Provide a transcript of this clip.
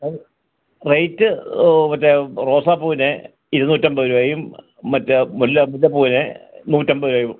അത് റേയ്റ്റ് മറ്റെ റോസാപ്പൂവിന് ഇരുന്നൂറ്റമ്പത് രൂപായും മറ്റെ മുല്ല മുല്ലപ്പൂവിന് നൂറ്റമ്പത് രൂപായും